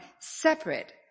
separate